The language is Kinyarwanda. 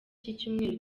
z’icyumweru